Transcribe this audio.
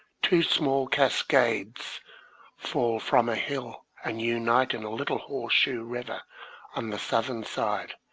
two small cascades fall from a hill, and unite in a little horseshoe river on the southern side,